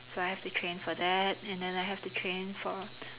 so I have to train for that and then I have to train for